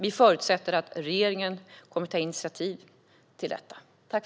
Vi förutsätter att regeringen kommer att ta initiativ i detta arbete.